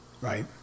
Right